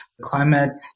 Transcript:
climate